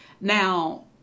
Now